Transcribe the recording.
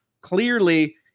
Clearly